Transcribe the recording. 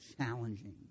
challenging